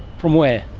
from where?